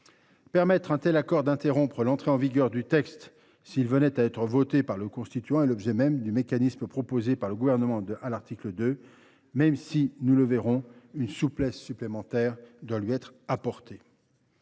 Permettre à un tel accord d’interrompre l’entrée en vigueur du texte s’il venait à être voté par le constituant est l’objet même du mécanisme proposé par le Gouvernement à l’article 2, même si, nous le verrons, une souplesse supplémentaire doit lui être apportée.